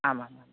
आमामाम्